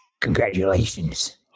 Congratulations